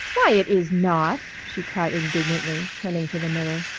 why, it is not! she cried indignantly, turning to the mirror,